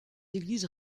églises